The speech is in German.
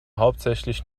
hauptsächlich